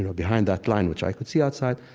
you know behind that line which i could see outside.